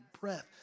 breath